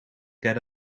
get